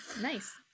Nice